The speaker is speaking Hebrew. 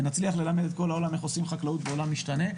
ונצליח ללמד את כל העולם איך עושים חקלאות בעולם משתנה.